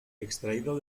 extraído